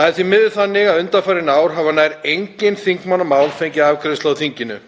Það er því miður þannig að undanfarin ár hafa nær engin þingmannamál fengið afgreiðslu á þinginu